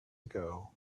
ago